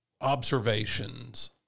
observations